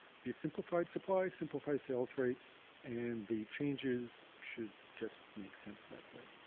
if you simplified supply, simplify sales rights and the changes should just make sense that way.